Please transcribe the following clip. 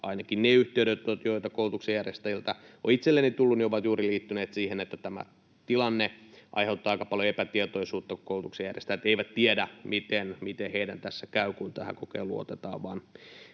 ainakin ne yhteydenotot, joita koulutuksen järjestäjiltä on itselleni tullut, ovat juuri liittyneet siihen, että tämä tilanne aiheuttaa aika paljon epätietoisuutta, kun koulutuksen järjestäjät eivät tiedä, miten heidän tässä käy, kun tähän kokeiluun otetaan vain